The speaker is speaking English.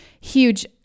huge